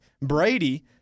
Brady